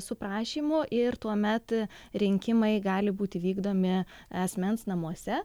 su prašymu ir tuomet rinkimai gali būti vykdomi asmens namuose